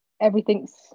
everything's